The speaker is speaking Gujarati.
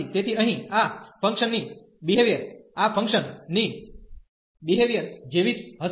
તેથી અહીં આ ફંકશન ની બીહેવીઅર આ ફંકશન ની બીહેવીઅર જેવી જ હશે